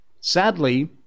Sadly